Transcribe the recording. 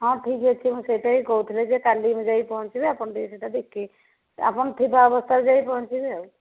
ହଁ ଠିକଅଛି ମୁଁ ସେଇଟା ହିଁ କହୁଥିଲି ଯେ କାଲି ମୁଁ ଯାଇକି ପହଞ୍ଚିବି ଆପଣ ସେଇଟା ଟିକେ ଦେଖିକି ଆପଣ ଥିବା ଅବସ୍ଥାରେ ଯାଇକି ପହଞ୍ଚିବି ଆଉ